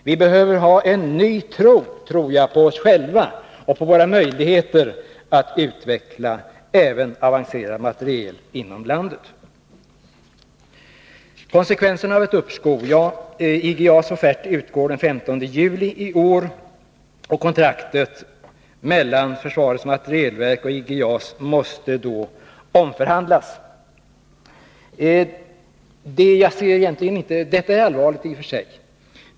Vi behöver ha en ny tro på oss själva och på våra möjligheter att utveckla även avancerad materiel inom landet. Vilka blir då konsekvenserna av ett uppskov? IG JAS offert utgår den 15 juli i år, och kontraktet mellan försvarets materielverk och IG JAS måste då omförhandlas. Detta är i och för sig allvarligt.